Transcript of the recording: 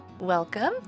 Welcome